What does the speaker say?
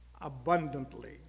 abundantly